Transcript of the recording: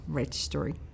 registry